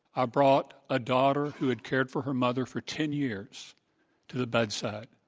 i brought a daughter who had cared for her mother for ten years to the bedside,